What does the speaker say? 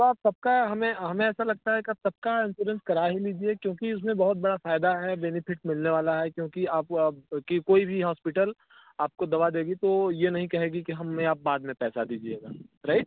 तो आप सब का हमें हमें ऐसा लगता है कि आप सब का इंश्योरेंस करा ही लीजिए क्योंकि उस में बहुत बड़ा फ़ायदा है बेनिफिट मिलने वाला है क्योंकि आपको आपकी कोई भी हॉस्पिटल आपको दवा देगी तो ये नहीं कहेगी कि हमें आप बाद में पैसा दीजिएगा राइट